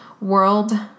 world